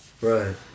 Right